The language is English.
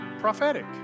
prophetic